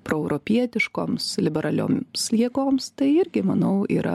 proeuropietiškoms liberalioms jėgoms tai irgi manau yra